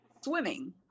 swimming